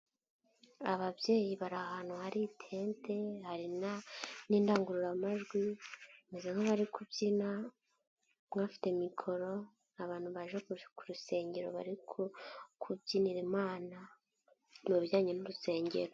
Ababyeyi bari ahantu hari itente, hari n'indangururamajwi, bameze nk'abari kubyina umwe afite mikoro, abantu baje ku rusengero bari kubyinira imana mu bijyanye n'urusengero.